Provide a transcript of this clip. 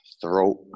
throat